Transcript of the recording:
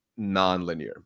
nonlinear